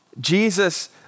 Jesus